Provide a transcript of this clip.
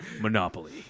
Monopoly